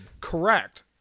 correct